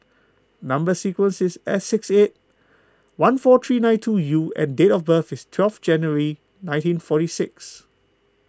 Number Sequence is S six eight one four three nine two U and date of birth is twelve January nineteen forty six